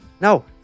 No